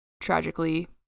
tragically